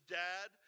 dad